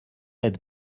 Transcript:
aide